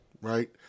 right